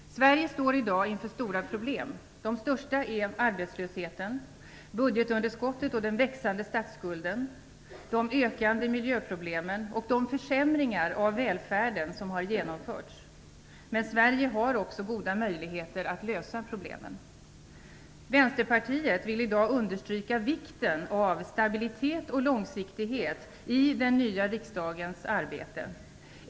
Sverige står i dag inför stora problem. De största är arbetslösheten, budgetunderskottet och den växande statsskulden, de ökande miljöproblemen och de försämringar av välfärden som har genomförts. Men Sverige har också goda möjligheter att lösa problemen. Vänsterpartiet vill i dag understryka vikten av stabilitet och långsiktighet i den nya riksdagens arbete.